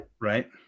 Right